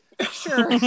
sure